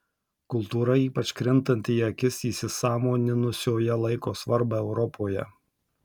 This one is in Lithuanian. kultūra ypač krintanti į akis įsisąmoninusioje laiko svarbą europoje